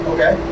Okay